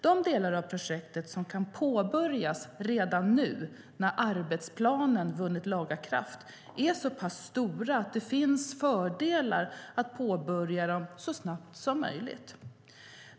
De delar av projektet som kan påbörjas redan nu, när arbetsplanen vunnit laga kraft, är så pass stora att det finns fördelar med att påbörja dem så snabbt som möjligt.